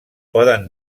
poden